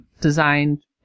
designed